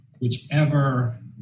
whichever